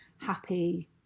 happy